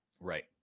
right